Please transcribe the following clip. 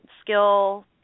skill